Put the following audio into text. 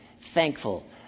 thankful